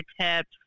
tips